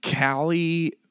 Callie